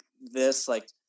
this—like